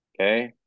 Okay